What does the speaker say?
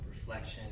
reflection